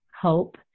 hope